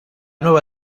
nueva